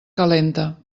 calenta